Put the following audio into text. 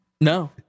No